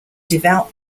devout